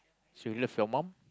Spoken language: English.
so you love your mum